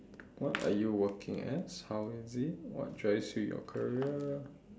what are you working as how is it what drives you your career